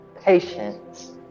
patience